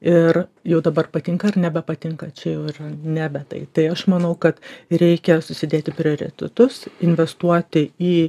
ir jau dabar patinka ar nebepatinka čia jau yra nebe tai tai aš manau kad reikia susidėti prioritetus investuoti į